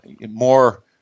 more